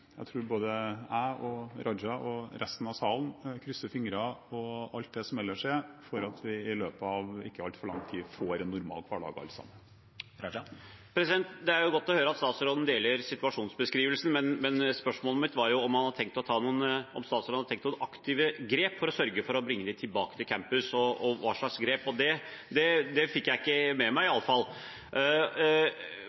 tror både jeg og representanten Raja og resten av salen krysser fingre og alt det som ellers er, for at vi alle sammen i løpet av ikke altfor lang tid får en normal hverdag. Det er godt å høre at statsråden deler situasjonsbeskrivelsen, men spørsmålet mitt var om han hadde tenkt å ta noen aktive grep for å sørge for å bringe dem tilbake til campus, og hva slags grep. Det fikk jeg ikke med meg, iallfall. Man kan stille spørsmål ved om det egentlig er fornuftig at det for studentene nå er lettere å samles på pub enn i